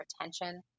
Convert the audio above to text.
retention